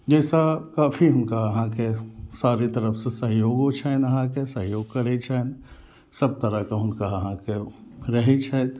जाहिसॅं काफी हुनका अहाँके सारी तरफ से सहयोगो छनि अहाँके सहयोग करै छथि सब तरहके हुनका अहाँके रहै छथि